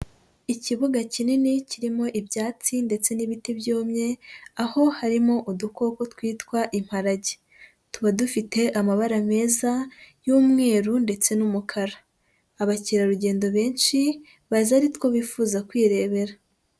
Ikibuga kinini kirimo ibyatsi ndetse n'ibiti byumye, aho harimo udukoko twitwa imparage, tuba dufite amabara meza y'umweru ndetse n'umukara. Abakerarugendo benshi baza ari two bifuza kwirebera.